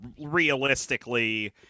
realistically